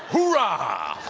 ah oo-rah!